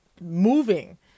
moving